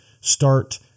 Start